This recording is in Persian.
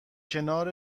کنار